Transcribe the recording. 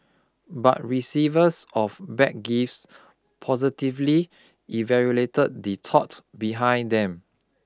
but receivers of bad gifts positively evaluated the thought behind them